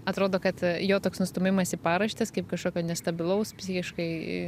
atrodo kad jo toks nustūmimas į paraštes kaip kažkokio nestabilaus psichiškai